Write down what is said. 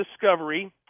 discovery